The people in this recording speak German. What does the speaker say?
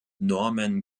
norman